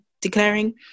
declaring